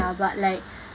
ya but like